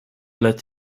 let